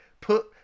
put